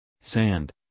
Sand